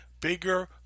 bigger